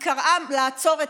קראה לעצור,